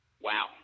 wow